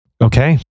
okay